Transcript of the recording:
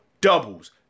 doubles